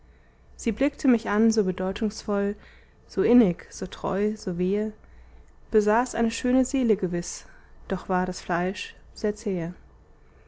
sie blickte mich an so bedeutungsvoll so innig so treu so wehe besaß eine schöne seele gewiß doch war das fleisch sehr zähe